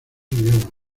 idiomas